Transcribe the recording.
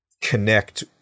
connect